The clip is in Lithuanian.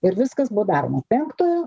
ir viskas buvo daroma penktojo